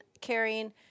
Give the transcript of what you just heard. carrying